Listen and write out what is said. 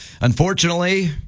unfortunately